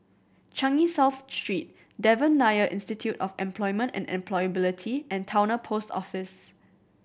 Changi South Street Devan Nair Institute of Employment and Employability and Towner Post Office